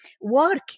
work